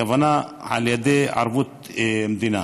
והכוונה על ידי ערבות מדינה.